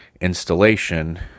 installation